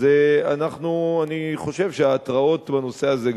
אז אני חושב שההתרעות בנושא הזה,